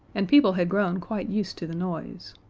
and people had grown quite used to the noise.